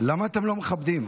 למה אתם לא מכבדים?